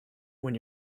when